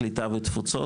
קליטה ותפוצות,